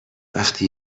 وقتی